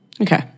Okay